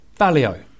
Valio